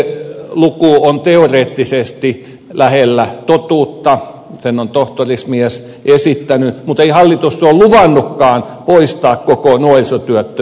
voi olla että se luku on teoreettisesti lähellä totuutta sen on tohtorismies esittänyt mutta ei hallitus ole luvannutkaan poistaa koko nuorisotyöttömyyttä